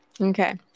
Okay